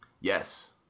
Yes